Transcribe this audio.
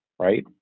right